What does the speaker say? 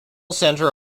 center